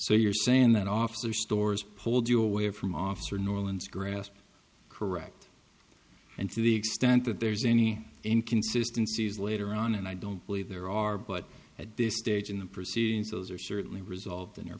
so you're saying that officer stores pulled you away from officer norland grasp correct and to the extent that there's any inconsistency is later on and i don't believe there are but at this stage in the proceedings those are certainly resolved in your